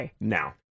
Now